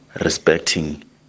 respecting